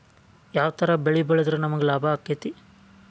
ಯಾವ ತರ ಬೆಳಿ ಬೆಳೆದ್ರ ನಮ್ಗ ಲಾಭ ಆಕ್ಕೆತಿ?